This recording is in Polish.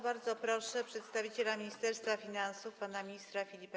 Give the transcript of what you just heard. Bardzo proszę przedstawiciela Ministerstwa Finansów pana ministra Filipa